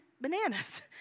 bananas